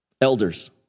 Elders